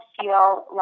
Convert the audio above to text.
feel